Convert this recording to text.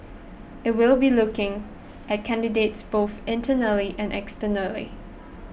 it will be looking at candidates both internally and externally